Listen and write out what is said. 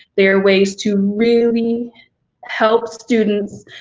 they are ways to really help students,